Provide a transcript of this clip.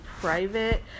private